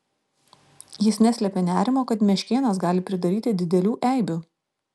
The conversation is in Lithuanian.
jis neslėpė nerimo kad meškėnas gali pridaryti didelių eibių